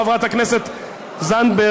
חברת הכנסת זנדברג,